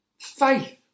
faith